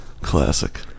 Classic